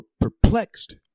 perplexed